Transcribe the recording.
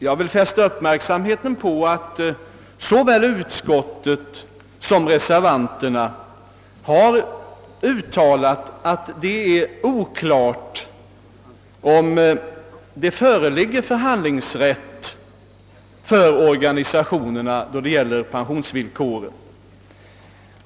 Jag vill fästa uppmärksamheten på att såväl utskottsmajoriteten som reservanterna har uttalat att det är oklart om det föreligger någon förhandlingsrätt för organisationerna då det gäller pensionsvillkoren.